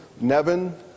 Nevin